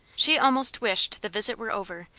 she almost wished the visit were over,